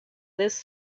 this